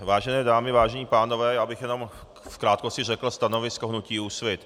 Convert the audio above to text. Vážené dámy, vážení pánové, já bych jenom v krátkosti řekl stanovisko hnutí Úsvit.